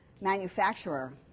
manufacturer